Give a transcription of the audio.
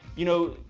you know,